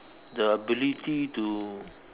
the ability to